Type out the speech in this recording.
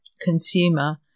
consumer